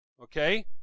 Okay